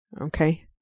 okay